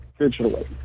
digitally